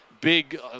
big